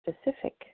specific